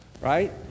right